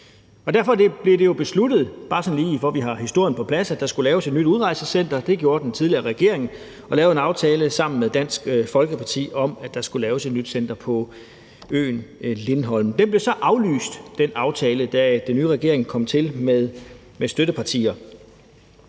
den tidligere regering, at der skulle laves et nyt udrejsecenter, og der blev indgået en aftale sammen med Dansk Folkeparti om, at der skulle laves et nyt center på øen Lindholm. Den aftale blev så aflyst, da den nye regering kom til med hjælp fra